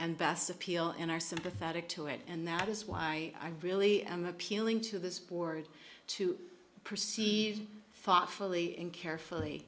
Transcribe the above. and best appeal and are sympathetic to it and that is why i really am appealing to this board to perceive thoughtfully and carefully